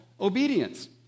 obedience